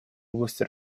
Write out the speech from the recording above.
области